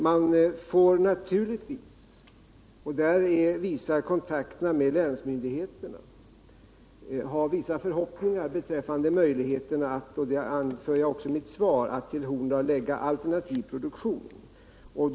Som jag säger i mitt svar visar kontakterna med länsmyndigheterna att man har vissa förhoppningar beträffande möjligheterna att till Horndal förlägga alternativ produktion.